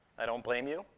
i don't blame you,